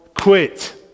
quit